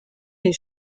les